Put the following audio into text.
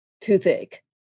toothache